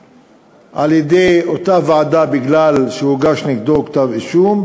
על-ידי אותה ועדה בגלל שהוגש נגדו כתב אישום,